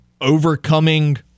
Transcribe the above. overcoming